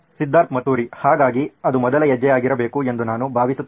ಸಿದ್ಧಾರ್ಥ್ ಮತುರಿ ಹಾಗಾಗಿ ಅದು ಮೊದಲ ಹೆಜ್ಜೆಯಾಗಿರಬೇಕು ಎಂದು ನಾನು ಭಾವಿಸುತ್ತೇನೆ